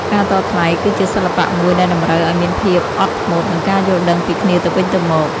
ការតថ្លៃគឺជាសិល្បៈមួយដែលតម្រូវឲ្យមានភាពអត់ធ្មត់ និងការយល់ដឹងពីគ្នាទៅវិញទៅមក។